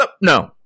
No